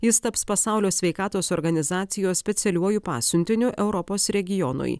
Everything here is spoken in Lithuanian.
jis taps pasaulio sveikatos organizacijos specialiuoju pasiuntiniu europos regionui